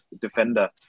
defender